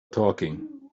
talking